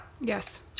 Yes